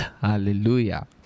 Hallelujah